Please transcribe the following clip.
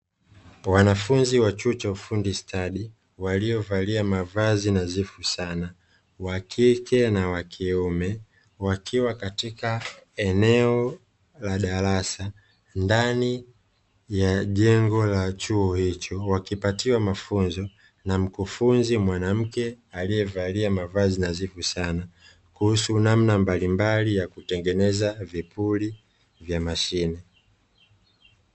Wanafunzi wa chuo cha ufundi stadi, waliyovalia mavazi nazifu sana wakike na wa kiume, wakiwa katika eneo la darasa, ndani ya jengo la chuo hicho, wakipatiwa mafunzo na mkufunzi mwanamke, aliyevalia mavazi nazifu sana, kuhusu namna mbalimbali ya kutengeneza vipuri vya mashine